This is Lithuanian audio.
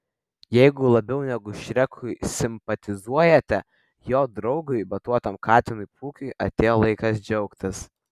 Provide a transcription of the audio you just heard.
jeigu labiau negu šrekui simpatizuojate jo draugui batuotam katinui pūkiui atėjo laikas džiaugtis